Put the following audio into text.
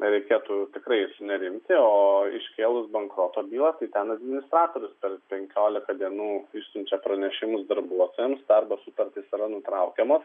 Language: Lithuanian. reikėtų tikrai sunerimti o iškėlus bankroto bylą tai ten administratorius per penkiolika dienų išsiunčia pranešimus darbuotojams darbo sutartys yra nutraukiamos